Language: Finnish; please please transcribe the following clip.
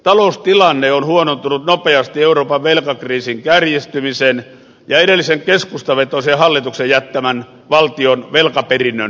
taloustilanne on huonontunut nopeasti euroopan velkakriisin kärjistymisen ja edellisen keskustavetoisen hallituksen jättämän valtion velkaperinnön seurauksena